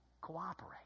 cooperate